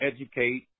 educate